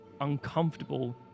uncomfortable